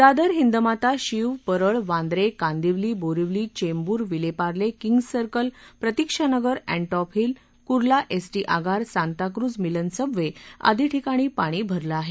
Dadar Hindmata Shiv Parel Vandre Kandivali Borivali Chembur Vile Parle King's Circle Pratikshanagar Antop Hill Kurla ST आगार Santacruz Milan subway आदी ठिकाणी पाणी भरलं आहे